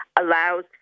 allows